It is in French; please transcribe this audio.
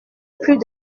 plus